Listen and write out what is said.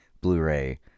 Blu-ray